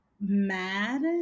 mad